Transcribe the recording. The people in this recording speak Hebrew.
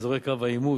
אזורי קו העימות